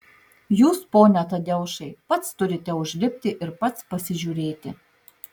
jūs pone tadeušai pats turite užlipti ir pats pasižiūrėti